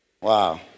Wow